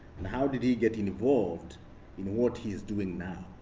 and how did he get involved in what he's doing now?